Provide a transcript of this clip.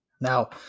Now